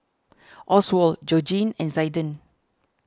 Oswald Georgene and Zaiden